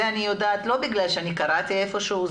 זה אני יודעת לא בגלל שקראתי איפה שהוא,